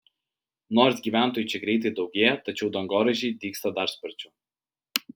nors gyventojų čia greitai daugėja tačiau dangoraižiai dygsta dar sparčiau